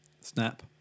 Snap